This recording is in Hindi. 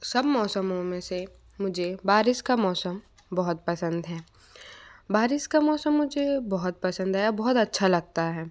सब मौसमों में से मुझे बारिश का मौसम बहुत पसंद है बारिश का मौसम मुझे बहुत पसंद आया बहुत अच्छा लगता है